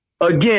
again